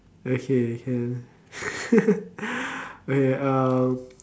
okay can okay uh